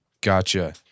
Gotcha